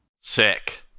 Sick